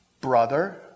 Brother